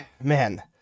man